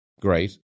great